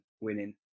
winning